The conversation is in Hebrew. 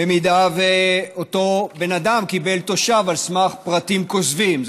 אם אותו בן אדם קיבל תושב על סמך פרטים כוזבים,